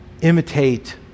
Imitate